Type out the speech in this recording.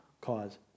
cause